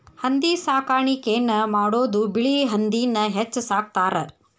ಹಂದಿ ಸಾಕಾಣಿಕೆನ ಮಾಡುದು ಬಿಳಿ ಹಂದಿನ ಹೆಚ್ಚ ಸಾಕತಾರ